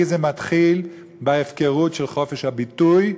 זה מתחיל בהפקרות של חופש הביטוי,